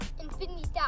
Infinity